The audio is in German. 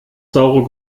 saure